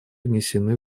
внесены